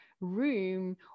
room